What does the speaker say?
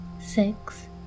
six